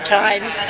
times